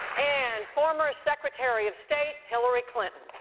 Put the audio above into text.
and former secretary of state hillary clinton.